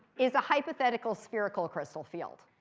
is a hypothetical spherical crystal field.